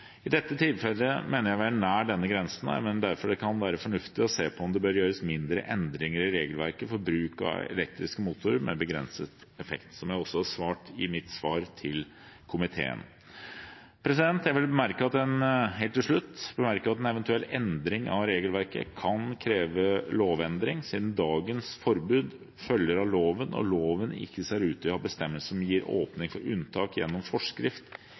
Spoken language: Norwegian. I dette tilfellet mener jeg vi er nær denne grensen, og jeg mener derfor at det kan være fornuftig å se på om det bør gjøres mindre endringer i regelverket for bruk av elektriske motorer med begrenset effekt, som jeg også har sagt i mitt svar til komiteen. Helt til slutt: Jeg vil bemerke at en eventuell endring av regelverket kan kreve lovendring, siden dagens forbud følger av loven, og loven ikke ser ut til å ha bestemmelser som gir åpning for unntak gjennom forskrift